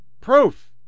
Proof